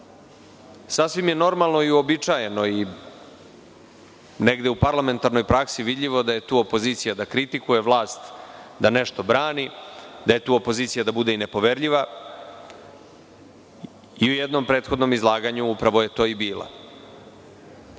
je normalno i uobičajeno i negde u parlamentarnoj praksi vidljivo da je tu opozicija da kritikuje vlast, da nešto brani, da je tu opozicija da bude i nepoverljiva i u jednom prethodnom izlaganju upravo je to i bila.U